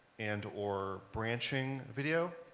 and or branching video?